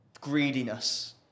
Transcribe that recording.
greediness